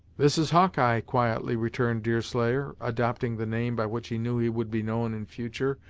this is hawkeye, quietly returned deerslayer, adopting the name by which he knew he would be known in future,